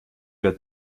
wird